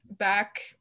back